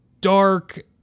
dark